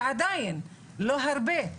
ועדיין, לא הרבה.